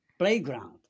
playground